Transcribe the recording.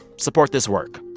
support this work.